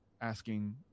asking